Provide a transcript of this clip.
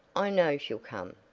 i know she'll come.